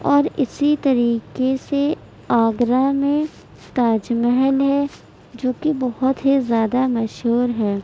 اور اسی طریقے سے آگرہ میں تاج محل ہے جو کہ بہت ہی زیادہ مشہور ہے